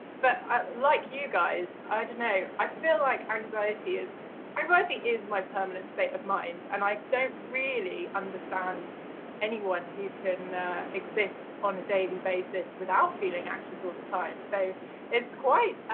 but like you guys, i don't know, i feel like anxiety, anxiety is my permanent state of mind and i don't really understand anyone who can exist on a daily basis without feeling anxious all the time, so it's quite,